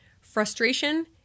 frustration